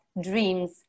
dreams